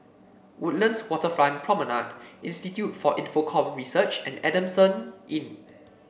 Woodlands Waterfront Promenade Institute for Infocomm Research and Adamson Inn